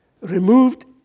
Removed